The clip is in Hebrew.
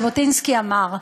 ז'בוטינסקי אמר: